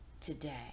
today